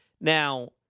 Now